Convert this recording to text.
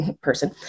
person